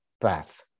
path